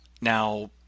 Now